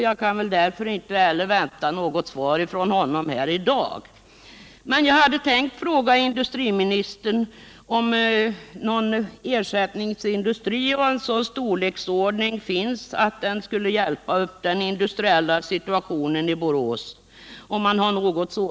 Jag kan väl därför inte vänta något svar från honom i dag heller. Jag hade tänkt fråga industriministern om han verkligen kan anvisa någon ersättningsindustri av sådan storlek att den skulle hjälpa upp den industriella situationen i Borås.